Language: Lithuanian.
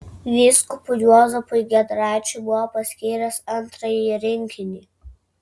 vyskupui juozapui giedraičiui buvo paskyręs antrąjį rinkinį